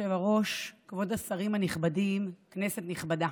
כבוד היושב-ראש, כבוד השרים הנכבדים, כנסת נכבדה,